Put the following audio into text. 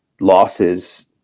losses